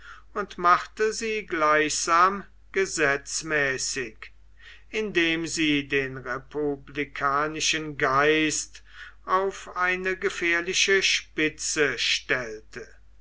und machte sie gleichsam gesetzmäßig indem sie den republikanischen geist auf eine gefährliche spitze stellte